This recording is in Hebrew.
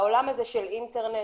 בעולם הזה של אינטרנט,